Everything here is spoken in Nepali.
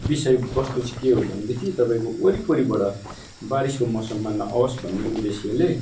विषय वस्तु चाहिँ के हो भनेदेखि तपाईँको वरिपरिबाट बारिसको मौसममा नआओस् भन्ने उद्देश्यले